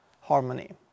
harmony